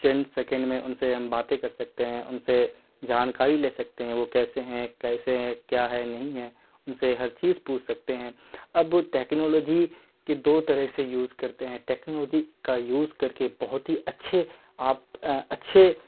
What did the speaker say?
چنڈ second میں ان سے ہم باتیں کر سکتے ہیں ان سے جانکاری لے سکتے ہیں وہ کیسے ہیں کیسے ہیں کیا ہے نہیں ہے ان سے ہر چیز پوچھ سکتے ہیں اب ٹیکنالوجی کے دو طرح سے یوز کرتے ہیں ٹیکنالوجی کا یوز کر کے بہت ہی اچھے آپ اچھے